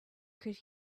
could